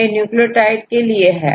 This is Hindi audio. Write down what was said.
यह न्यूक्लियोटाइड के लिए है